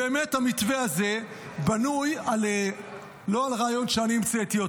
באמת, המתווה הזה בנוי לא על רעיון שאני המצאתי.